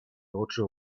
oczy